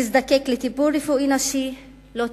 תזדקק לטיפול רפואי נשי, לא תקבל,